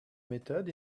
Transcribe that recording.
method